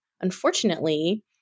unfortunately